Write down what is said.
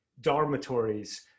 dormitories